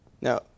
Now